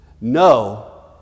No